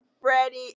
ready